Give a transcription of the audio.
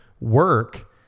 work